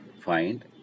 find